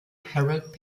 harold